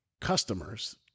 customers